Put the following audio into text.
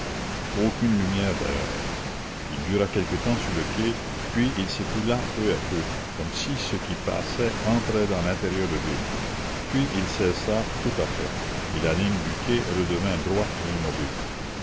aucune lumière d'ailleurs il dura quelque temps sur le quai puis il s'écoula peu à peu comme si ce qui passait entrait dans l'intérieur de l'île puis il cessa tout à fait et la ligne du quai redevint droite et immobile